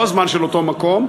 לא הזמן של אותו מקום.